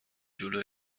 جلو